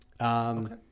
Okay